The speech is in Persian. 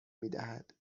میدهد